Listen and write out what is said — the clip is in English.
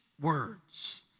words